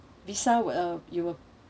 Visa were uh you uh